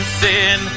sin